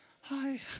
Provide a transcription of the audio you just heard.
hi